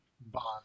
Bond